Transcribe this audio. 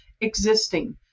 existing